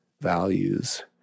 Values